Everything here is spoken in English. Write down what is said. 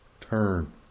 turn